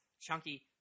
chunky